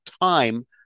time